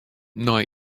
nei